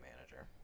manager